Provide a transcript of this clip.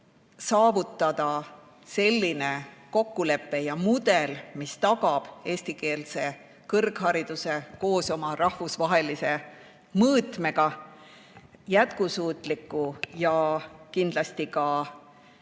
saavutada selline kokkulepe ja mudel, mis tagab eestikeelsele kõrgharidusele koos tema rahvusvahelise mõõtmega jätkusuutliku ja kindlasti ka